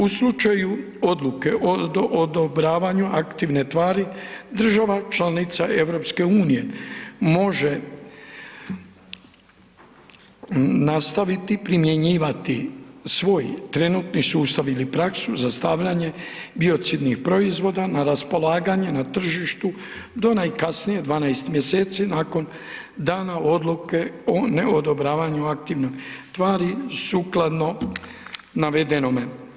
U slučaju odluke o odobravanju aktivne tvari, država članica EU može nastaviti primjenjivati svoj sustav ili praksu za stavljanje biocidnih proizvoda na raspolaganje na tržištu do najkasnije 12 mjeseci nakon dana odluke o ne odobravanju aktivne tvari, sukladno navedenome.